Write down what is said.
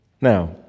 Now